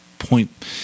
point